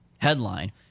Headline